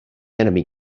enemy